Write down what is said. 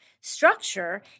structure